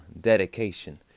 Dedication